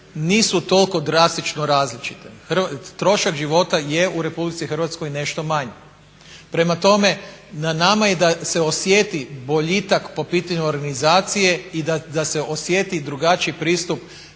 nisu toliko drastično različite. Trošak života je u Republici Hrvatskoj nešto manji. Prema tome, na nama je da se osjeti boljitak po pitanju organizacije i da se osjeti drugačiji pristup